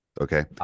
Okay